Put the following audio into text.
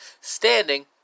standing